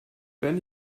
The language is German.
wenn